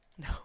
No